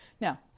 Now